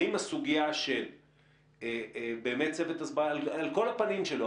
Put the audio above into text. האם הסוגיה של באמת צוות ההסברה על כל הפנים שלו,